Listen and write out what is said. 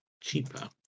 cheaper